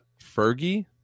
Fergie